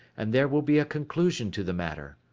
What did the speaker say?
and there will be a conclusion to the matter.